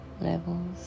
levels